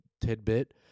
tidbit